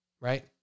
right